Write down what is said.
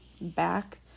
back